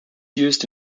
used